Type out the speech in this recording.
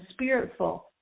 spiritful